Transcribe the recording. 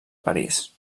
parís